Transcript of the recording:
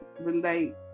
relate